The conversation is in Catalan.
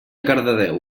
cardedeu